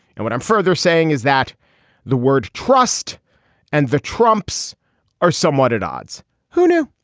and when i'm further saying is that the word trust and the trumps are somewhat at odds who knew.